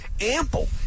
ample